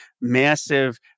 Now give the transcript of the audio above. massive